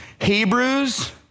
Hebrews